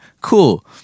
Cool